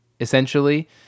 essentially